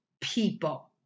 people